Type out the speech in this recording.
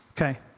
Okay